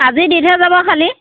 আজি দি থৈ যাব খালি